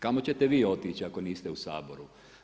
Kamo ćete vi otići ako niste u Saboru?